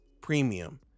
Premium